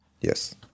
Yes